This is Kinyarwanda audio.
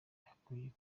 hakwiye